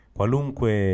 Qualunque